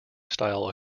style